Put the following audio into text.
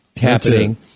happening